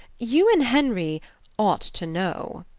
you and henry ought to know.